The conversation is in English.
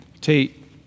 Tate